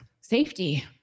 safety